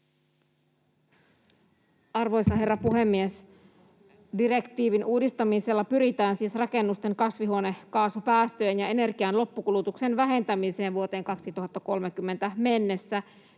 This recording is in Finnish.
Arvoisa herra puhemies! Direktiivin uudistamisella pyritään siis rakennusten kasvihuonekaasupäästöjen ja energian loppukulutuksen vähentämiseen vuoteen 2030 mennessä